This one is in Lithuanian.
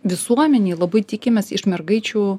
visuomenėj labai tikimės iš mergaičių